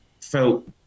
felt